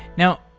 now,